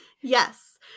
Yes